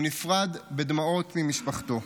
הוא נפרד בדמעות ממשפחתו.